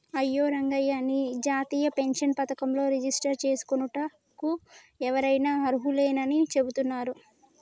అయ్యో రంగయ్య నీ జాతీయ పెన్షన్ పథకంలో రిజిస్టర్ చేసుకోనుటకు ఎవరైనా అర్హులేనని చెబుతున్నారు